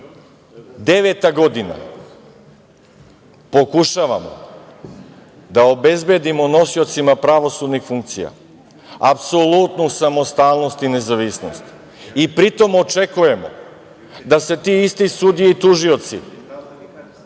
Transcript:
devetu godinu pokušavamo da obezbedimo nosiocima pravosudnih funkcija apsolutnu samostalnost i nezavisnost i pritom očekujemo da se ti isti sudije i tužioci